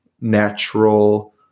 natural